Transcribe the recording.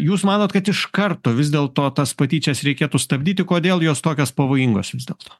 jūs manot kad iš karto vis dėlto tas patyčias reikėtų stabdyti kodėl jos tokios pavojingos vis dėlto